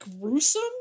gruesome